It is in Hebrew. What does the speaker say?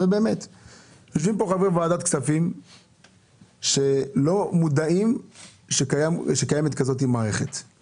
יושבים כאן חברי ועדת כספים שלא מודעים לכך שקיימת מערכת כזאת.